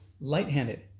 light-handed